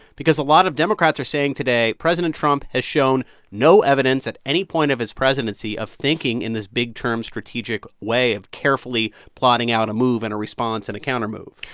because a lot of democrats are saying today president trump has shown no evidence at any point of his presidency of thinking in this big-term, strategic way of carefully plotting out a move and a response and a countermove?